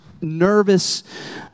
nervous